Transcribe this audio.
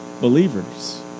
believers